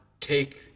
take